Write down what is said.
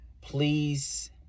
Please